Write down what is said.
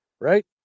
Right